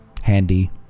handy